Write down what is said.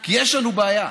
כי יש לנו בעיה.